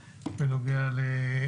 הישיבה,